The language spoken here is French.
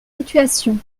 situation